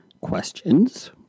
questions